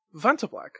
Vantablack